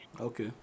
okay